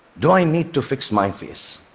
do i need to fix my face?